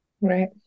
Right